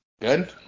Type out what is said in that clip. good